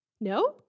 No